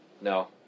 No